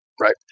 right